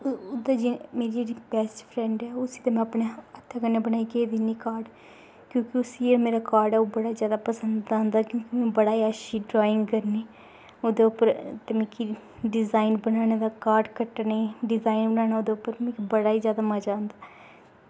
ते इ'यां गै ओह् जेह्ड़ी बेस्ट फ्रैंड ऐ उस्सी ते में अपनें हत्थें कन्नै बनाइयै दिन्नी कार्ड क्योंकि उस्सी गै मेरा कार्ड बड़ा जादा पसंद औंदा क्योंकि अ'ऊं बड़ी गै अच्छी ड्राइंग करनी ओह्दे उप्पर निक्की जेही डिजाइन बनाने दा कार्ड कट्टने ते डिजाइन बनानै दा ओह्दे उप्पर ना बड़ा गै जादै मजा आंदा